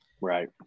Right